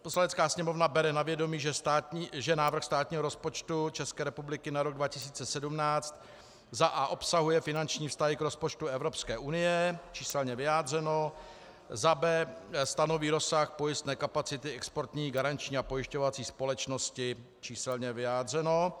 Poslanecká sněmovna bere na vědomí, že návrh státního rozpočtu České republiky na rok 2017 a) obsahuje finanční vztahy k rozpočtu Evropské unie, číselně vyjádřeno, b) stanoví rozsah pojistné kapacity Exportní garanční a pojišťovací společnosti, číselně vyjádřeno.